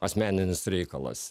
asmeninis reikalas